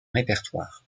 répertoire